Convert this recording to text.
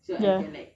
ya